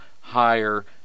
higher